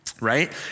right